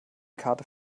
karte